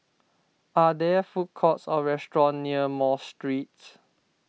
are there food courts or restaurants near Mosque Street